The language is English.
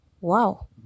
Wow